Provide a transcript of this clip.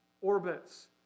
orbits